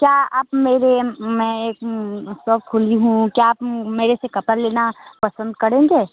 क्या आप मेरे मैं एक सॉप खोली हूँ क्या आप मेरे से कपड़ा लेना पसंद करेंगे